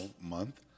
month